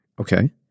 Okay